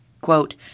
Quote